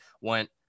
went